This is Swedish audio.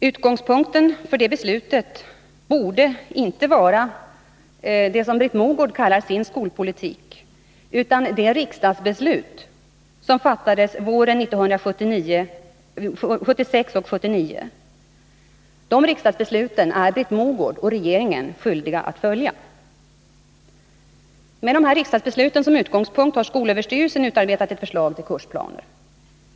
Utgångspunkten för detta beslut borde inte vara det som Britt Mogård kallar för sin skolpolitik, utan de riksdagsbeslut som fattades våren 1976 och våren 1979. De riksdagsbesluten är Britt Mogård och regeringen skyldiga att följa. Med dessa riksdagsbeslut som utgångspunkt har skolöverstyrelsen utarbetat förslag till kursplaner.